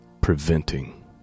preventing